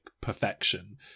perfection